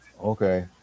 Okay